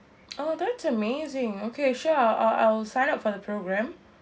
oh that's amazing okay sure I'll I'll I'll sign up for the programme